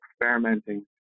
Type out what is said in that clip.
experimenting